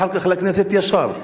ואחר כך לכנסת ישר.